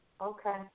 Okay